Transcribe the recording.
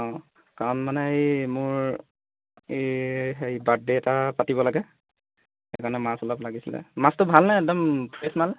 অঁ কাৰণ মানে এই মোৰ এই হেৰি বাৰ্থডে' এটা পাতিব লাগে সেইকাৰণে মাছ অলপ লাগিছিলে মাছটো ভাল নে একদম ফ্ৰেছ মাল